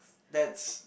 that's the